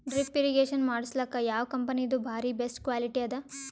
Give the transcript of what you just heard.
Drip irrigation ಮಾಡಸಲಕ್ಕ ಯಾವ ಕಂಪನಿದು ಬಾರಿ ಬೆಸ್ಟ್ ಕ್ವಾಲಿಟಿ ಅದ?